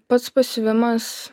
pats pasiuvimas